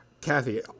Kathy